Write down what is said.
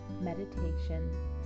meditation